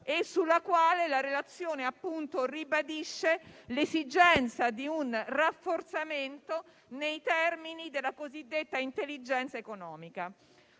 e sul quale la relazione ribadisce l'esigenza di un rafforzamento nei termini della cosiddetta intelligenza economica.